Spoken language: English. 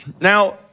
Now